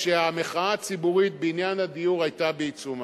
כשהמחאה הציבורית בעניין הדיור היתה בעיצומה.